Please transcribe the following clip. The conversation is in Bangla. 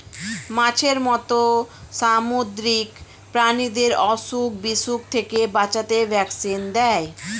মাছের মত সামুদ্রিক প্রাণীদের অসুখ বিসুখ থেকে বাঁচাতে ভ্যাকসিন দেয়